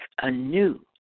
anew